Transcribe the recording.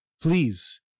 Please